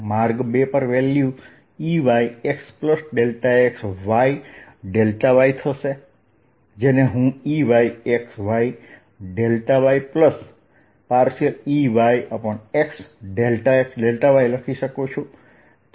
માર્ગ 2 પર value Eyxxy y થશે જેને હું EyxyyEY∂Xxy લખી શકું છું